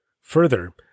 Further